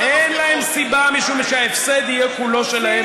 אין להם סיבה, משום שההפסד יהיה כולו שלהם.